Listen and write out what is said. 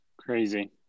Crazy